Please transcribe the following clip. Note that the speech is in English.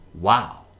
wow